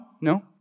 no